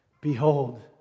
Behold